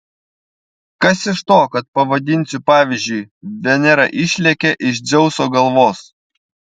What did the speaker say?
kas iš to kad pavadinsiu pavyzdžiui venera išlėkė iš dzeuso galvos